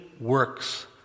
works